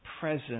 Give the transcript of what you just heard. present